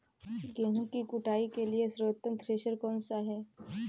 गेहूँ की कुटाई के लिए सर्वोत्तम थ्रेसर कौनसा है?